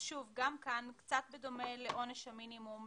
גם כאן, קצת בדומה לעונש המינימום.